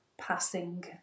passing